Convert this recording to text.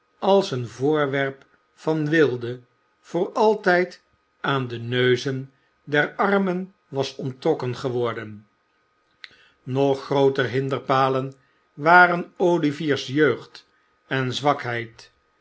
als een voorwerp van weelde voor altijd aan de neuzen der armen was onttrokken geworden nog grooter hinderpalen waren olivier's jeugd en zwakheid